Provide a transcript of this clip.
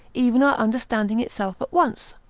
even our understanding itself at once.